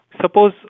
Suppose